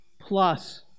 plus